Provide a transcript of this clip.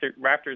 Raptors